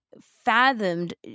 fathomed